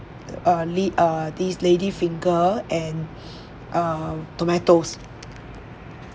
a li~ a these lady's finger and uh tomatoes